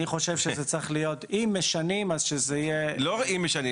אני חושב שאם משנים --- לא "אם משנים".